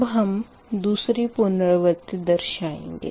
अब हम दूसरी पुनरावर्ती दर्शायेंगे